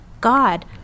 God